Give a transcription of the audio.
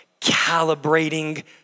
calibrating